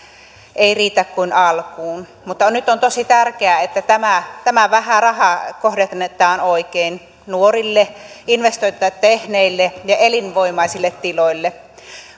ei riitä kuin alkuun mutta nyt on tosi tärkeää että tämä tämä vähä raha kohdennetaan oikein nuorille investointeja tehneille ja elinvoimaisille tiloille